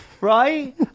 right